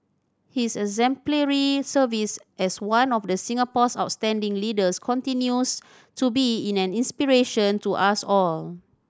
his exemplary service as one of the Singapore's outstanding leaders continues to be in an inspiration to us all